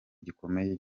gikomeye